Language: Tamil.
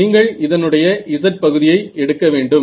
நீங்கள் இதனுடைய z பகுதியை எடுக்க வேண்டும்